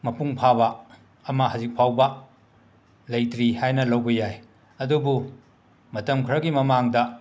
ꯃꯄꯨꯡ ꯐꯥꯕ ꯑꯃ ꯍꯧꯖꯤꯛ ꯐꯥꯎꯕ ꯂꯩꯇ꯭ꯔꯤ ꯍꯥꯏꯅ ꯂꯧꯕ ꯌꯥꯏ ꯑꯗꯨꯕꯨ ꯃꯇꯝ ꯈꯔꯒꯤ ꯃꯃꯥꯡꯗ